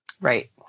right